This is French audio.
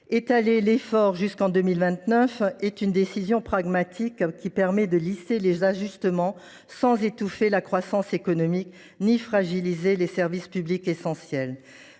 Étaler l’effort jusqu’en 2029 est une décision pragmatique, qui permet de lisser les ajustements, sans étouffer la croissance économique ni fragiliser les services publics essentiels.